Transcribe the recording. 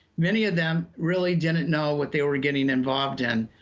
many of them really didn't know what they were getting involved in.